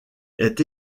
est